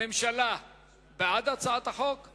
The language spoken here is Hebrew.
הממשלה בעד הצעת החוק?